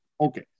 Okay